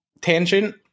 tangent